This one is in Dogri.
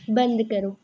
बंद करो